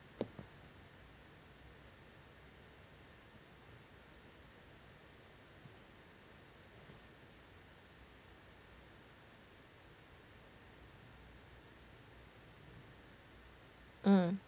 嗯